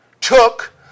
took